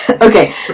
Okay